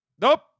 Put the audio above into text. nope